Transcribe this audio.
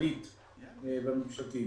הכללית והממשלתיים.